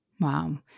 Wow